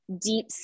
deep